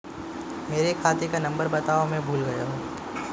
मेरे खाते का नंबर बताओ मैं भूल गया हूं